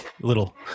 little